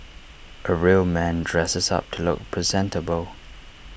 A real man dresses up to look presentable